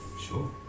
Sure